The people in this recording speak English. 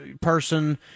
person